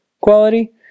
quality